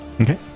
Okay